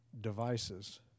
Devices